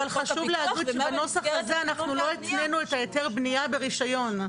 אבל חשוב להגיד שבנוסח הזה אנחנו לא התנינו את היתר הבנייה ברישיון.